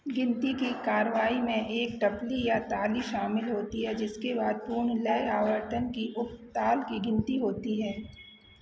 गिनती की कार्रवाई में एक टपली या ताली शामिल होती है जिसके बाद पूर्ण लय आवर्तन की उप ताल की गिनती होती है